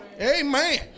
Amen